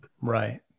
Right